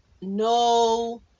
No